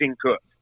cook